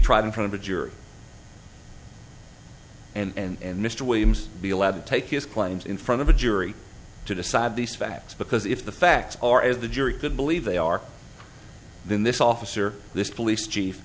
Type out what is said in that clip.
tried in front of a jury and mr williams be allowed to take his claims in front of a jury to decide these facts because if the facts are as the jury could believe they are then this officer this police chief